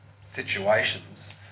situations